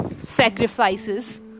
sacrifices